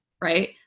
right